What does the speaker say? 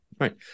Right